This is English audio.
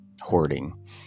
hoarding